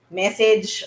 message